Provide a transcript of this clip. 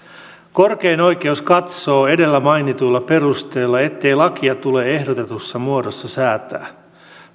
korkein oikeus katsoo edellä mainituilla perusteilla ettei lakia tule ehdotetussa muodossa säätää